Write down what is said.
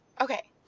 Okay